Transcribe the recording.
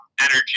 energy